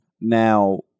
Now